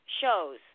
shows